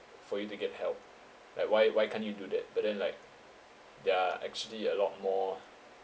for you to get help like why why can't you do that but then like there are actually a lot more